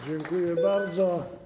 Dziękuję bardzo.